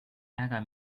ärger